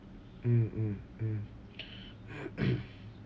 mm mm mm